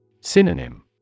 Synonym